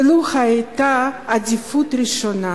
ולו היתה עדיפות ראשונה